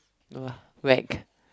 no lah like